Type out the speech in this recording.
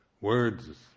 Words